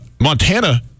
Montana